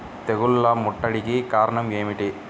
తెగుళ్ల ముట్టడికి కారణం ఏమిటి?